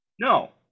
No